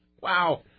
Wow